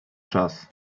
czas